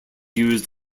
used